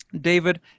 David